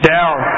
Down